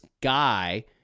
guy